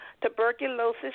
tuberculosis